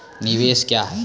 निवेश क्या है?